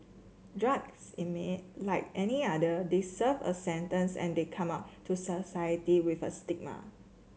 drugs inmate like any other they serve a sentence and they come out to society with a stigma